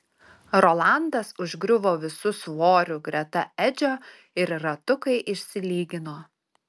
rolandas užgriuvo visu svoriu greta edžio ir ratukai išsilygino